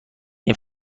این